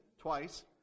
twice